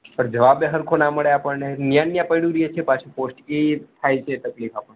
પણ જવાબે સરખો ના મળે આપણને ન્યા ન્યા પડ્યું રહે છે પાછું પોસ્ટથી થાય છે તકલીફ આપણને